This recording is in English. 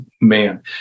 man